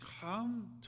come